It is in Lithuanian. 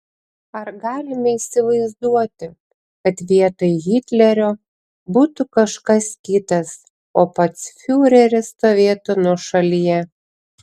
ar galime įsivaizduoti kad vietoj hitlerio būtų kažkas kitas o pats fiureris stovėtų nuošalyje